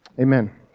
Amen